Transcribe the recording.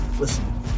Listen